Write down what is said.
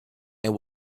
and